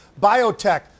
Biotech